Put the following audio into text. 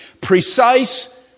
precise